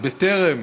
בטרם